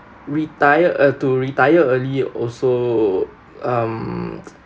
retire uh to retire early also um